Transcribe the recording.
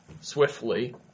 swiftly